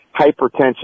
hypertension